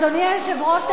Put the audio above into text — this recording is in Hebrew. אדוני היושב-ראש,